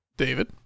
David